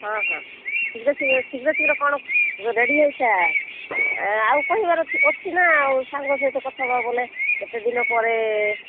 ହଁ ହଁ ଶୀଘ୍ର ଶୀଘ୍ର କ'ଣ ରେଡ଼ି ହେଇଥା ଆଉ କହିବାର ଅଛିନା ଆଉ ସାଙ୍ଗ ସହିତ କଥା ହବା ବୋଲେ ଏତେଦିନ ପରେ